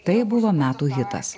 tai buvo metų hitas